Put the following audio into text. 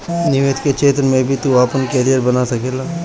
निवेश के क्षेत्र में भी तू आपन करियर बना सकेला